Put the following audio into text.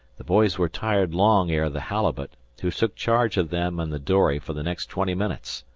the boys were tired long ere the halibut, who took charge of them and the dory for the next twenty minutes.